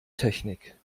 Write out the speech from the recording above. technik